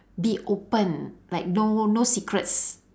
be open like no no secrets